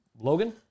Logan